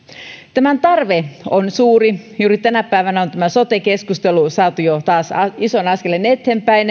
tämän tarve on suuri juuri tänä päivänä on sote keskustelu saanut taas ison askeleen eteenpäin